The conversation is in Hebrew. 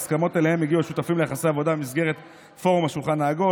ההסכמות שאליהן הגיעו השותפים ליחסי עבודה במסגרת פורום השולחן העגול